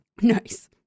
Nice